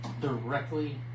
directly